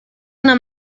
una